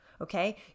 okay